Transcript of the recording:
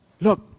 look